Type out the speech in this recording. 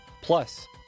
plus